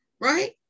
right